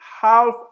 half